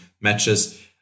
matches